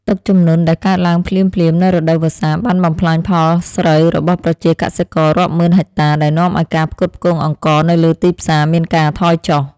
ទឹកជំនន់ដែលកើតឡើងភ្លាមៗនៅរដូវវស្សាបានបំផ្លាញផលស្រូវរបស់ប្រជាកសិកររាប់ម៉ឺនហិកតាដែលនាំឱ្យការផ្គត់ផ្គង់អង្ករនៅលើទីផ្សារមានការថយចុះ។